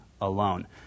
alone